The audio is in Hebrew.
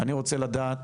אני רוצה לדעת